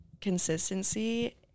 consistency